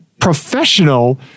professional